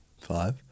Five